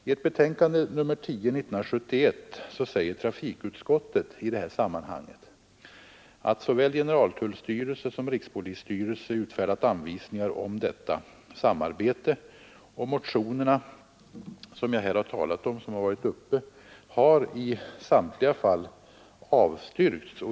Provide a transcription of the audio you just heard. I betänkandet nr 10 år 1971 säger trafikutskottet i detta sammanhang att såväl generaltullstyrelsen som rikspolisstyrelsen utfärdat anvisningar om ett sådant samarbete, och de motioner som väckts i dessa frågor har i samtliga fall avstyrkts.